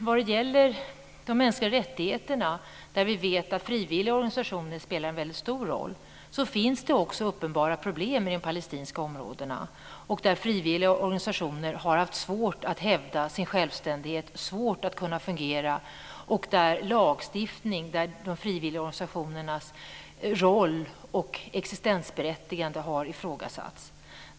Vad gäller de mänskliga rättigheterna vet vi att frivilliga organisationer spelar en stor roll. På den punkten finns det uppenbara problem i de palestinska områdena. Frivilliga organisationer har haft svårt att hävda sin självständighet, svårt att fungera. Lagstiftning och de frivilliga organisationernas roll och existensberättigande har ifrågasatts.